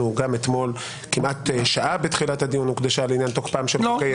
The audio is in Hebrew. גם אתמול כמעט שעה בתחילת הדיון הוקדשה לעניין תוקפם של חוקי יסוד.